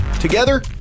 Together